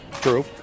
True